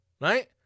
Right